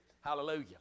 Hallelujah